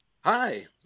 Hi